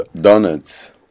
Donuts